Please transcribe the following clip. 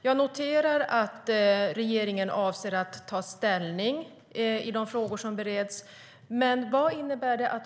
Jag noterar att regeringen avser att ta ställning i de frågor som bereds, men vad innebär det?